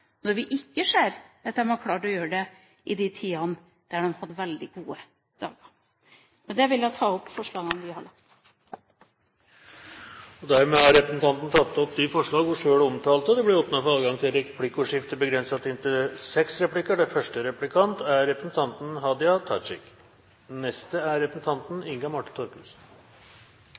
når vi ikke ser at de har klart å gjøre det i de tidene da de hadde veldig gode dager. Med det vil jeg ta opp forslagene vi har. Dermed har representanten Skei Grande tatt opp de forslagene hun refererte til. Det blir replikkordskifte. Som representanten vet, gikk det veldig bra med Venstres søsterparti i Danmark, Radikale Venstre, under folketingsvalget i høst. Nå er partiet en del av den sosialdemokratisk ledede regjeringen. Representanten